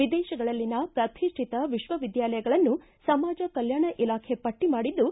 ವಿದೇಶಗಳಲ್ಲಿನ ಪ್ರತಿಷ್ಠಿತ ವಿಶ್ವವಿದ್ದಾಲಯಗಳನ್ನು ಸಮಾಜ ಕಲ್ಕಾಣ ಇಲಾಖೆ ಪಟ್ಟ ಮಾಡಿದ್ದು